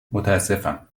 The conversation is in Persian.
متاسفم